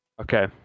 okay